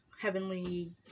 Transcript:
heavenly